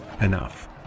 enough